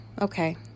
Okay